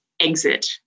exit